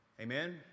Amen